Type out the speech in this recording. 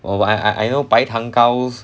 well I I know 白糖糕 s~